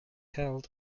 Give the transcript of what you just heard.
held